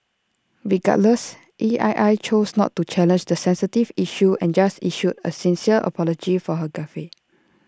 regardless E I I chose not to challenge the sensitive issue and just issued A sincere apology for her gaffe